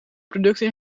producten